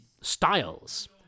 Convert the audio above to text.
styles